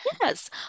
Yes